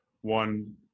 one